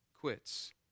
quits